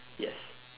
yes